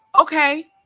okay